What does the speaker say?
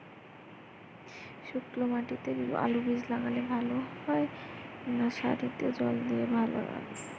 শুক্নো মাটিতে আলুবীজ লাগালে ভালো না সারিতে জল দিয়ে লাগালে ভালো?